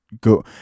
go